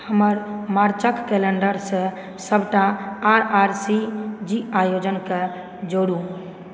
हमर मार्चक कैलेंडरसॅं सबटा आरआरसीजी आयोजनके जोरु